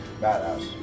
Badass